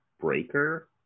Breaker